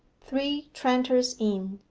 three tranters inn,